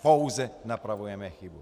Pouze napravujeme chybu.